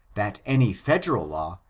that any federal law,